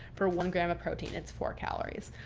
for one gram of protein, it's four calories.